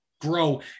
grow